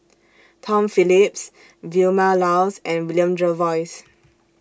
Tom Phillips Vilma Laus and William Jervois